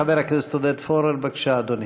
חבר הכנסת עודד פורר, בבקשה, אדוני.